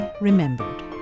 Remembered